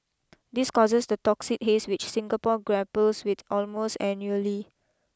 this causes the toxic haze which Singapore grapples with almost annually